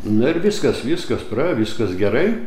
na ir viskas viskas praėjo viskas gerai